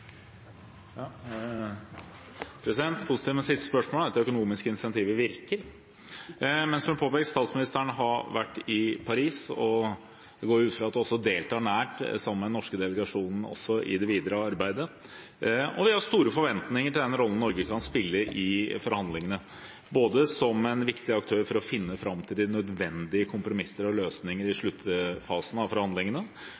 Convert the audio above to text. at det økonomiske incentivet virker. Men som det er blitt påpekt, har statsministeren vært i Paris, og jeg går ut fra at hun også i det videre arbeidet deltar nært sammen med den norske delegasjonen. Det er store forventninger til den rollen Norge kan spille i forhandlingene, både som en viktig aktør i å finne fram til de nødvendige kompromisser og løsninger i sluttfasen av forhandlingene,